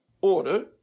Order